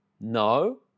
No